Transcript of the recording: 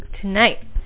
tonight